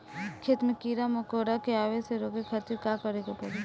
खेत मे कीड़ा मकोरा के आवे से रोके खातिर का करे के पड़ी?